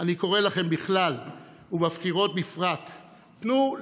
שאני גאה בה כיהודי ציוני שגר ובחר לחיות במדינת ישראל: